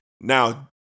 Now